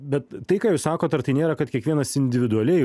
bet tai ką jūs sakot ar tai nėra kad kiekvienas individualiai